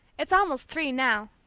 it's almost three now.